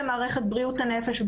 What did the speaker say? למערכת בריאות הנפש,